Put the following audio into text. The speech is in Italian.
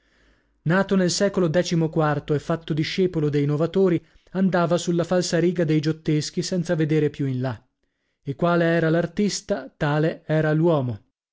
nato nel secolo decimoquarto e fatto discepolo dei novatori andava sulla falsariga dei giotteschi senza vedere più in là e quale era l'artista tale era l'uomo